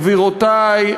גבירותי,